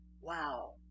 wow